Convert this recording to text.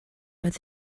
where